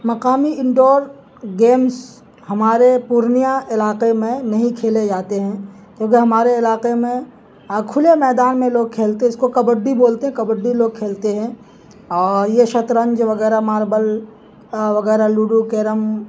مقامی indoor games ہمارے پورنیہ علاقے میں نہیں کھیلے جاتے ہیں کیونکہ ہمارے علاقے میں کھلے میدان میں لوگ کھیلتے اس کو کبڈی بولتے کبڈی لوگ کھیلتے ہیں اور یہ شطرنج وغیرہ ماربل وغیرہ لوڈو کیرم